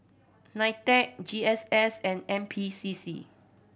NITEC G S S and N P C C